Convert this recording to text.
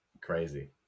Crazy